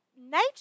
nature